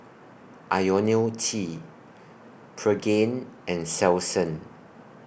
Ionil T Pregain and Selsun